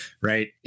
right